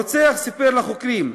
הרוצח סיפר לחוקרים: